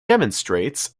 demonstrates